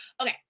okay